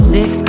Six